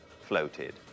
floated